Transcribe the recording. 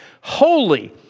Holy